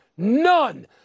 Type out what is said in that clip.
None